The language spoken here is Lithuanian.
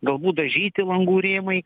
galbūt dažyti langų rėmai